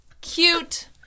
cute